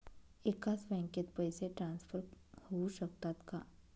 एकाच बँकेत पैसे ट्रान्सफर होऊ शकतात का?